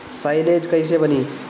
Silage कईसे बनी?